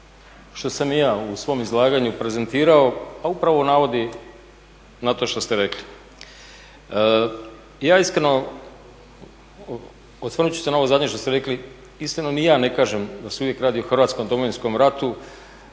što sam i ja u svom izlaganju prezentirao pa upravo navodi na to što ste rekli. Ja iskreno osvrnut ću se ovo zadnje što ste rekli, iskreno ni ja ne kažem da se uvijek radi o Hrvatskom domovinskom ratu